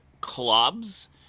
clubs